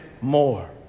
more